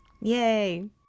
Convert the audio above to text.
yay